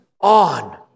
on